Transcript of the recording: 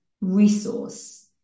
resource